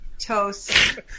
toast